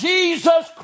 Jesus